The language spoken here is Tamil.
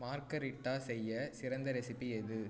மார்கரிட்டா செய்ய சிறந்த ரெஸிபி எது